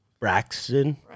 Braxton